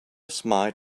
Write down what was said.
smiled